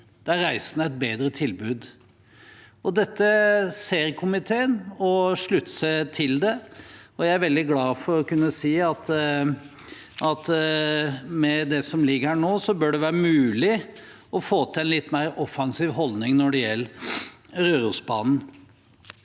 gi de reisende et bedre tilbud. Dette ser komiteen, og den slutter seg til det. Jeg er veldig glad for å kunne si at med det som foreligger her nå, bør det være mulig å få til en litt mer offensiv holdning når det gjelder Rørosbanen.